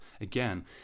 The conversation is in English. again